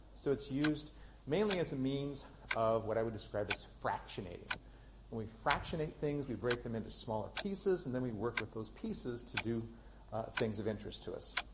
so it's used mainly as a means of what i would describe as fractionating. when we fractionate things, we break them into smaller pieces and then we work with those pieces to do things of interest to us.